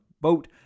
Boat